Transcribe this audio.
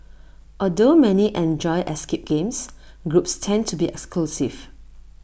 although many enjoy escape games groups tend to be exclusive